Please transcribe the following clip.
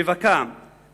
רווקה,